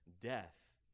death